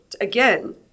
again